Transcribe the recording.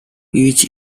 each